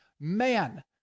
man